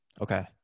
Okay